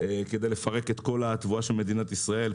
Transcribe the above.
כדי לפרק את כל התבואה של מדינת ישראל,